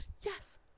Yes